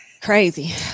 Crazy